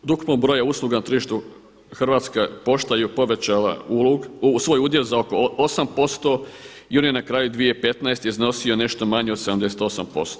Od ukupnog broja usluga na tržištu Hrvatska pošta je povećala svoj udjel za oko 8% i on je na kraju 2015. iznosio nešto manje od 78%